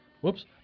Whoops